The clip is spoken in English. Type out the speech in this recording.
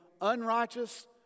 unrighteous